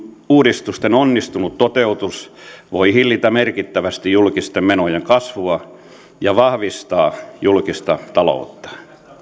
uudistusten onnistunut toteutus voi hillitä merkittävästi julkisten menojen kasvua ja vahvistaa julkista taloutta